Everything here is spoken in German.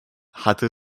hatte